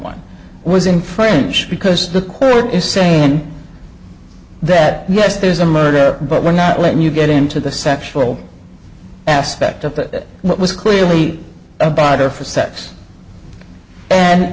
one was infringed because the court is saying that yes there's a murder but we're not letting you get into the sexual aspect of that what was clearly a barter for sex and